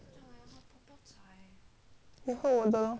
你喝我的 lor